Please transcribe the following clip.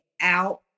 out